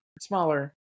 smaller